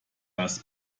das